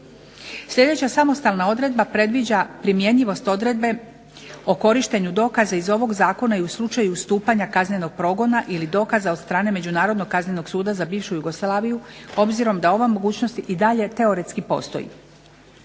Sljedeća samostalna odredba predviđa primjenjivost odredbe o korištenju dokaza iz ovog zakona i u slučaju stupanja kaznenog progona ili dokaza od strane Međunarodnog kaznenog suda za bivšu Jugoslaviju, obzirom da ova mogućnost i dalje teoretski postoji.